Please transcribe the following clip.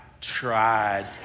tried